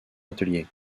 atelier